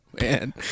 Man